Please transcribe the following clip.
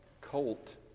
colt